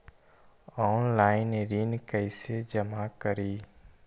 Online ऋण कैसे जमा करी?